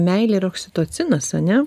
meilė ir oksitocinas ane